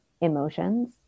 emotions